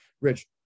rich